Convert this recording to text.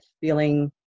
feeling